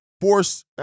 force